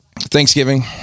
Thanksgiving